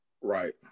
Right